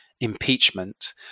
impeachment